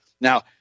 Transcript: Now